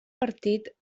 partit